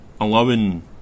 allowing